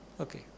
Okay